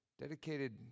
dedicated